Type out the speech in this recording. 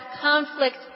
conflict